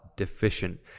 Deficient